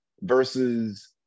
versus